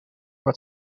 wat